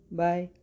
bye